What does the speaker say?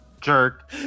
jerk